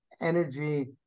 energy